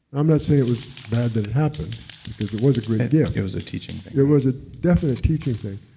i'm not saying it was bad that it happened because it was a great gift yeah it was a teaching thing it was a definite teaching thing.